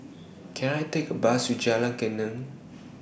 Can I Take A Bus to Jalan Geneng